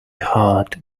heart